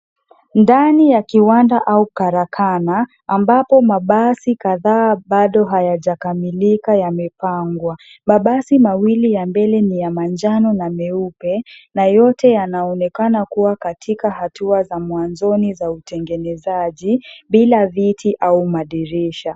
Ndani ya kiwanda au karakana ambapo mabasi kadhaa bado hayajakamilika yamepangwa. Mabasi mawili ya mbele ni ya manjano na meupe na yote yanaonekana kuwa katika hatua za mwanzoni za utengenezaji, bila viti au madirisha.